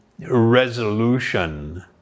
resolution